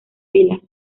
filas